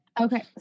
Okay